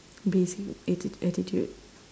basic atti~ attitude